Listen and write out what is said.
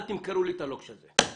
אל תמכרו לי את הלוקש הזה.